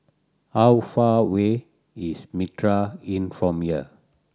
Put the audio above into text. how far away is Mitraa Inn from here